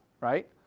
right